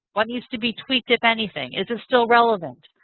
what needs to be tweaked, if anything? is it still relevant?